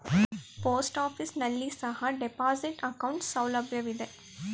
post office ನಲ್ಲಿ ಸಹ deposit account ಸೌಲಭ್ಯವಿದೆ